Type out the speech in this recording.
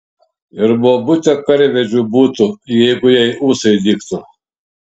ir bobutė karvedžiu būtų jeigu jai ūsai dygtų